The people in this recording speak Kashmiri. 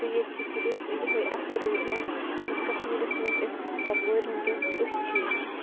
تہٕ ییٚتہِ چھُ صرف یُہوٚے اَکھ ریٚلِجَن یُس کَشمیٖرس منٛز اَسہِ ژۄپٲرۍ وٕنۍکٮ۪س أتھۍ چھِ یِوان